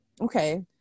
okay